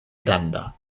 granda